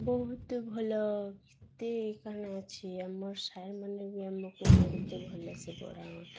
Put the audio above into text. ବହୁତ ଭଲ କେତେ କାଣା ଅଛି ଆମର୍ ସାର୍ମାନେ ବି ଆମକୁ ବହୁତ ଭଲ ସେ ପଢ଼ାଅନ୍